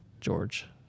George